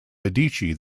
medici